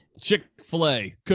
chick-fil-a